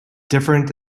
different